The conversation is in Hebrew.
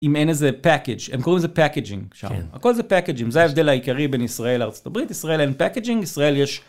אם אין איזה package, הם קוראים לזה packaging עכשיו. הכל זה packaging, זה ההבדל העיקרי בין ישראל לארה״ב, ישראל אין packaging, ישראל יש...